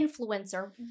influencer